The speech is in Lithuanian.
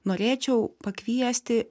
norėčiau pakviesti